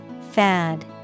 Fad